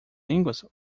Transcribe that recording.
línguas